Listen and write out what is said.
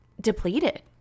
depleted